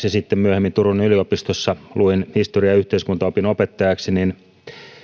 ja sitten myöhemmin turun yliopistossa luin historian ja yhteiskuntaopin opettajaksi